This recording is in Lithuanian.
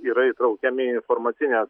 yra įtraukiami į informacines